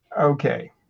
Okay